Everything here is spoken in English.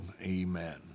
Amen